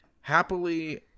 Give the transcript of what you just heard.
happily